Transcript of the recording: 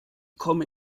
komme